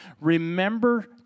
remember